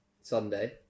Sunday